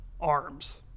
arms